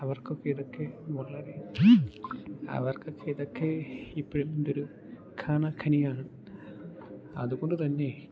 അവർക്ക് ഒക്കെ ഇതൊക്കെ വളരെ അവർക്ക് ഒക്കെ ഇതൊക്കെ ഇപ്പോഴും എന്തൊരു കാണാഘനിയാണ് അതുകൊണ്ട് തന്നെ